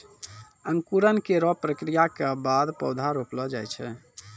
अंकुरन केरो प्रक्रिया क बाद पौधा रोपलो जाय छै